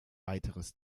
weiteres